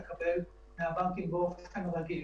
לקח זמן לאסוף את הנתונים.